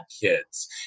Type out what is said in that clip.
kids